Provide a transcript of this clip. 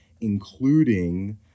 including